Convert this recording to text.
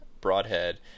broadhead